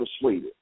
persuaded